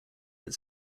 its